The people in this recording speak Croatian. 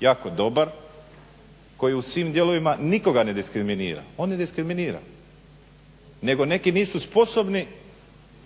jako dobar, koji u svim dijelovima nikoga ne diskriminira. On ne diskriminira, nego neki nisu sposobni